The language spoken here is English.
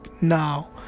now